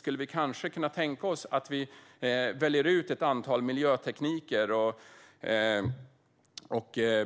Skulle vi kanske kunna tänka oss att vi väljer ut ett antal miljötekniker och